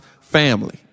family